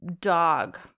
dog